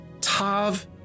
Tav